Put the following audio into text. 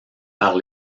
par